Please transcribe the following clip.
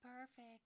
perfect